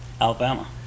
Alabama